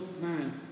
man